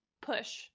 push